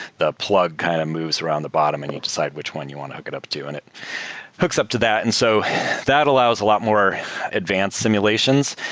the plug kind of moves around the bottom and you decide which one you want to hook it up too and it hooks up to that. and so that allows a lot more advance simulations,